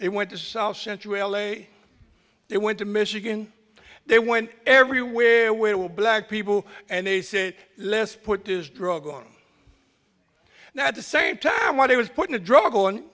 it went to south central l a they went to michigan they went everywhere will black people and they say let's put this drug on now at the same time what he was putting a drug